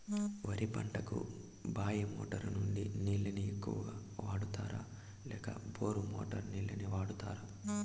వరి పంటకు బాయి మోటారు నుండి నీళ్ళని ఎక్కువగా వాడుతారా లేక బోరు మోటారు నీళ్ళని వాడుతారా?